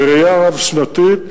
בראייה רב-שנתית,